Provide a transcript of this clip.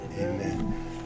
Amen